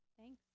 thanks